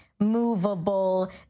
movable